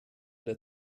der